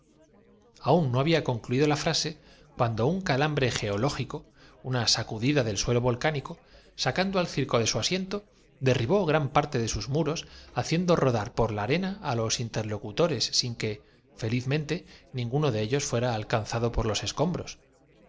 aún no había concluido la frase cuando un calam nuestra propia caza bre geológico una sacudida del suelo volcánico sa dadas gracias á dios y celebrada la ocurrencia cando al circo de su asiento derribó gran parte de sus ahora escapemos la tierra de noé nos aguardadijo muros haciendo rodar por la arena á los interlocutores sin que felizmente ninguno de ellos fuera alcanzado benjamín sacándose